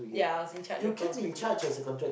yeah I was in-charge of Girl's-Brigade